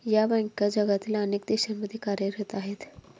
या बँका जगातील अनेक देशांमध्ये कार्यरत आहेत